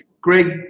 Greg